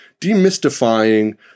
demystifying